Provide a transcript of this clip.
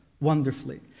wonderfully